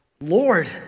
Lord